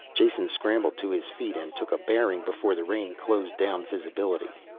jason scrambled to his feet and took a bearing before the rain closed down visibility.